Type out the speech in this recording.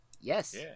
Yes